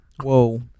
Whoa